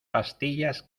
pastillas